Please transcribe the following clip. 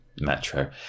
Metro